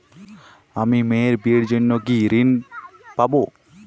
আমি মেয়ের বিয়ের জন্য কি ঋণ পাবো?